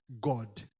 God